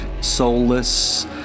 soulless